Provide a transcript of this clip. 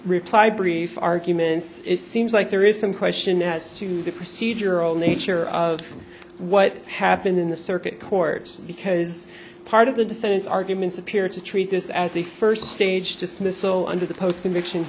reply brief arguments it seems like there is some question as to the procedural nature of what happened in the circuit court because part of the defendant's arguments appear to treat this as the first stage dismissal under the post conviction